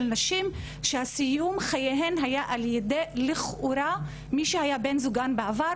נשים שסיום חייהן היה לכאורה מי שהיה בן זוגן בעבר.